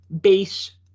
base